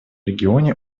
регионе